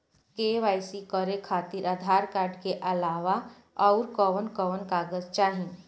KYC करे खातिर Aadhaar card के अलावा आउरकवन कवन कागज चाहीं?